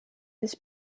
this